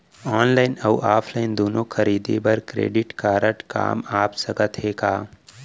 Online अऊ offline दूनो खरीदी बर क्रेडिट कारड काम आप सकत हे का?